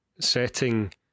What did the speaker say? setting